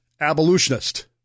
abolitionist